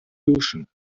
duschen